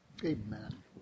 Amen